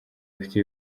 bafite